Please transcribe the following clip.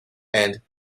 and